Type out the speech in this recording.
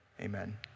amen